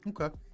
Okay